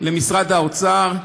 למשרד האוצר,